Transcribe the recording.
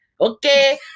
Okay